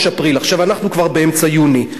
אפריל ועכשיו אנחנו כבר באמצע יוני.